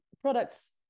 products